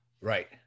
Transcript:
Right